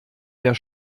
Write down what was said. der